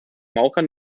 maurer